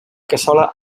cassola